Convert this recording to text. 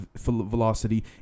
velocity